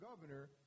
governor